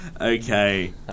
Okay